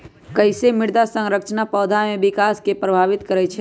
कईसे मृदा संरचना पौधा में विकास के प्रभावित करई छई?